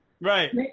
Right